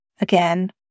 again